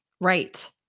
Right